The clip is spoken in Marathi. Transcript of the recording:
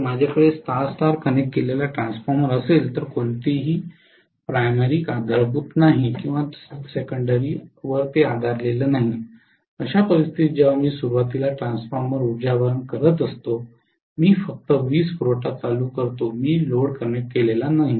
जर माझ्याकडे स्टार स्टार कनेक्ट केलेला ट्रान्सफॉर्मर असेल तर कोणताही प्राथमिक आधारभूत नाही किंवा दुय्यम आधारलेला नाही अशा परिस्थितीत जेव्हा मी सुरुवातीला ट्रान्सफॉर्मर उर्जावान करत असतो मी फक्त वीज पुरवठा चालू करतो मी लोड कनेक्ट केलेला नाही